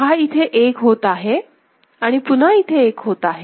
हा इथे 1 होत आहे आणि पुन्हा इथे 1 होत आहे